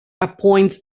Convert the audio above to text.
appoints